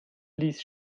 ließ